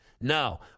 No